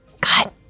God